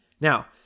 Now